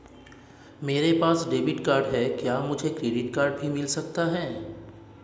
मेरे पास debit card है क्या मुझे क्रेडिट कार्ड भी मिल सकता है?